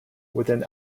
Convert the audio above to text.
within